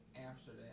Amsterdam